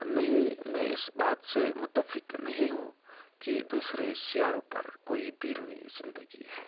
نہیں میں اس بات سے متفق نہیں ہوں کہ دوسرے سیاروں پر کوئی بیرونی زندگی ہے